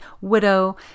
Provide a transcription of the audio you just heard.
widow